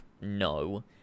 no